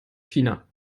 china